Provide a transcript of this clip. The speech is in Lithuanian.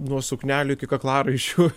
nuo suknelių iki kaklaraiščių